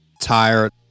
tired